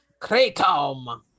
kratom